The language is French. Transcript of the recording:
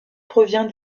provient